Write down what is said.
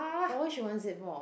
but why she wants it more